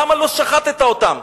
למה לא שחטת אותם?